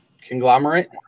Conglomerate